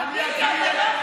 תגיד לי,